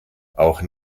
auch